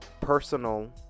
personal